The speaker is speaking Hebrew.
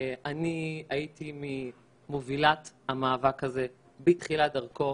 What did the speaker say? אני הייתי ממובילי המאבק הזה בתחילת דרכו,